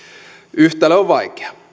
yhtälö on vaikea